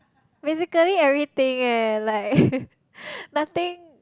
basically everything eh like nothing